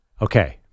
okay